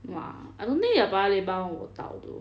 !wah! I don't think their paya lebar [one] will 倒 though